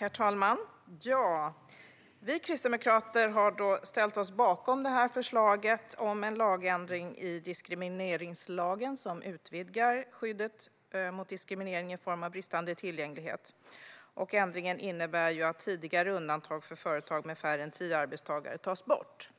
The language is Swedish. Herr talman! Vi kristdemokrater har ställt oss bakom förslaget om en ändring i diskrimineringslagen. Ändringen innebär ett utvidgat skydd mot diskriminering i form av bristande tillgänglighet. Tidigare undantag för företag med färre än tio arbetstagare tas bort.